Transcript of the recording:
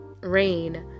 Rain